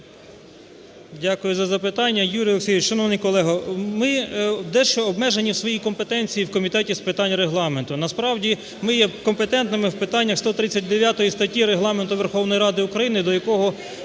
Дякую за запитання. Юрій Олексійович, шановний колего, ми дещо обмежені в своїй компетенції в Комітеті з питань Регламенту. Насправді, ми є компетентними в питаннях 139 статті Регламенту Верховної Ради України, до якого